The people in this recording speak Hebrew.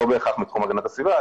לא בהכרח מתחום הגנת הסביבה,